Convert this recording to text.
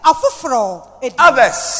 Others